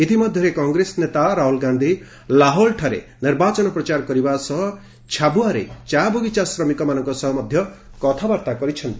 ଇତିମଧ୍ୟରେ କଂଗ୍ରେସ ନେତା ରାହୁଲ ଗାନ୍ଧୀ ଲାହୋଲ ଠାରେ ନିର୍ବାଚନ ପ୍ରଚାର କରିବା ସହ ଛାବୁଆରେ ଚା ବଗିଚା ଶ୍ରମିକମାନଙ୍କ ସହ କଥାବାର୍ତ୍ତା କରିଛନ୍ତି